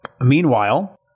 Meanwhile